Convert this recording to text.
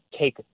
take